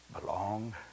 belong